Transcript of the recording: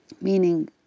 meaning